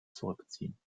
zurückziehen